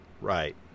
Right